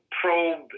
probe